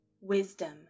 Wisdom